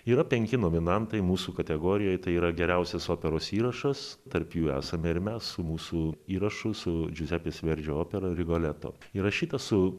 yra penki nominantai mūsų kategorijoj tai yra geriausias operos įrašas tarp jų esame ir mes su mūsų įrašu su džiuzepės verdžio opera rigoleto įrašyta su